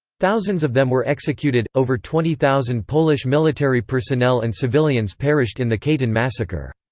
thousands of them were executed over twenty thousand polish military personnel and civilians perished in the katyn massacre.